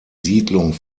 siedlung